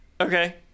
okay